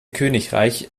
königreich